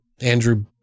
Andrew